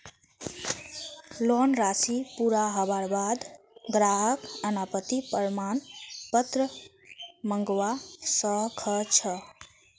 loan राशि पूरा हबार बा द ग्राहक अनापत्ति प्रमाण पत्र मंगवा स ख छ